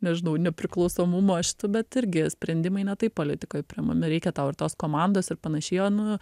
nežinau nepriklausomumo šitu bet irgi sprendimai ne taip politikoj priimami reikia tau ir tos komandos ir panašiai o nu